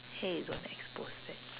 hey don't expose that